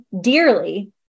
dearly